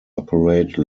operate